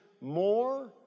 more